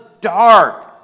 dark